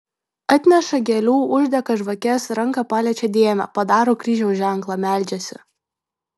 atneša gėlių uždega žvakes ranka paliečią dėmę padaro kryžiaus ženklą meldžiasi